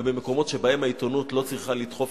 ובמקומות שבהם העיתונות לא צריכה לדחוף